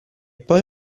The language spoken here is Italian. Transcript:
poi